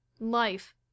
life